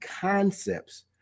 concepts